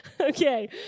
Okay